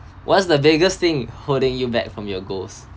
what's the biggest thing holding you back from your goals